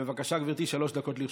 בבקשה, גברתי, שלוש דקות לרשותך.